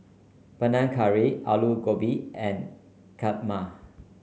Panang Curry Alu Gobi and Kheema